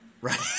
right